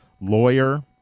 lawyer